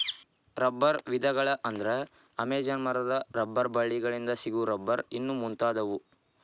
ರಬ್ಬರ ವಿಧಗಳ ಅಂದ್ರ ಅಮೇಜಾನ ಮರದ ರಬ್ಬರ ಬಳ್ಳಿ ಗಳಿಂದ ಸಿಗು ರಬ್ಬರ್ ಇನ್ನು ಮುಂತಾದವು